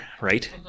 right